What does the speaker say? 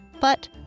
But